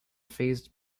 phased